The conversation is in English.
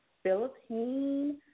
Philippine